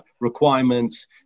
requirements